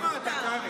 שמענו אותך.